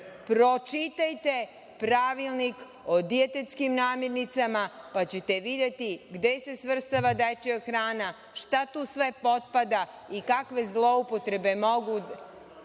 Pročitajte pravilnik o dijetetskim namirnicama, pa ćete videti gde se svrstava dečija hrana, šta tu sve potpada i kakve zloupotrebe